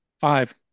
Five